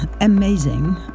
Amazing